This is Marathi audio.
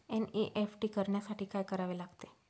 एन.ई.एफ.टी करण्यासाठी काय करावे लागते?